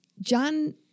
John